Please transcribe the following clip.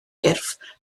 gyrff